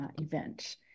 event